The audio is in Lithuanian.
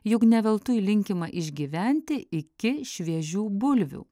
juk ne veltui linkima išgyventi iki šviežių bulvių